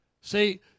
See